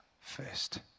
first